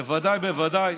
בוודאי בוודאי